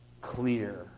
clear